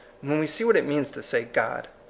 when we see what it means to say god.